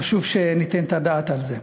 חשוב שניתן את הדעת על זה.